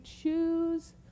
choose